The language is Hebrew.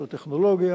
של הטכנולוגיה,